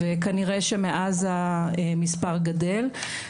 וכנראה שמאז המספר גדל.